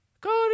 Cody